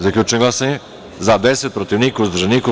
Zaključujem glasanje: za – 10, protiv – niko, uzdržanih – nema.